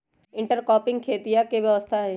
intercropping खेतीया के व्यवस्था हई